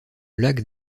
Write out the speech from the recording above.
lac